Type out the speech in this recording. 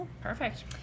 Perfect